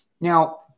Now